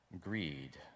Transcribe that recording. Greed